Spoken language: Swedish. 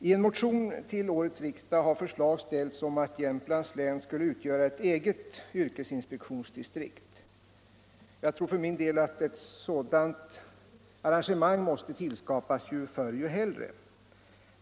I motion till årets riksdag har förslag ställts om att Jämtlands län skulle utgöra ett eget yrkesinspektionsdistrikt. Jag tror för min del att ett sådant arrangemang måste tillskapas, ju förr dess hellre.